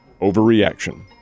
Overreaction